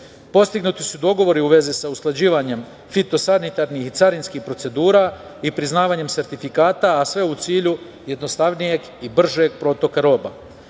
regiona. Postignuti su dogovori u vezi sa usklađivanjem fitosanitarnih i carinskih procedura i priznavanjem sertifikata, a sve u cilju jednostavnijeg i bržeg protoka roba.